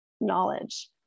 knowledge